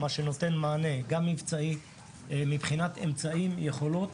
מה שנותן גם מענה מבצעי מבחינת אמצעים ויכולות,